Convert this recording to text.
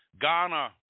Ghana